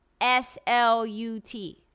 SLUT